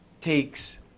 takes